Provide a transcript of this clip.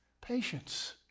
patience